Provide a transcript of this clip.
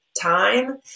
time